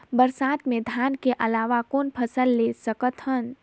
बरसात मे धान के अलावा कौन फसल ले सकत हन?